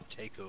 Takeover